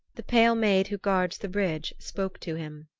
the pale maid who guards the bridge spoke to him.